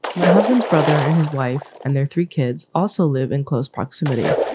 my husband's brother and his wife and their three kids also live in close proximity.